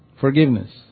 Forgiveness